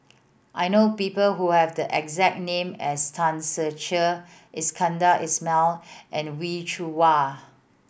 I know people who have the exact name as Tan Ser Cher Iskandar Ismail and Wee Cho Yaw